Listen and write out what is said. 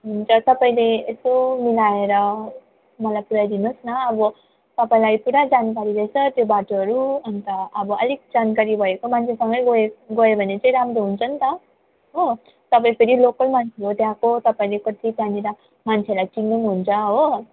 हुन्छ तपाईँले यसो मिलाएर मलाई पुर्याइदिनु होस् है न अब तपाईँलाई पुरा जानकारी रहेछ त्यो बाटोहरू अन्त अब अलिक जानकारी भएको मान्छेसँग गयो गयो भने चाहिँ राम्रो हुन्छ नि त हो तपाईँ त फेरि लोकल मान्छे हो त्यहाँको तपाईँले कति त्यहाँनेर मान्छेलाई चिन्नु हुन्छ हो